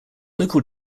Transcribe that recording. local